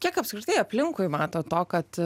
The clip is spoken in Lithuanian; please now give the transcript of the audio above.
kiek apskritai aplinkui mato to kad